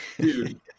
Dude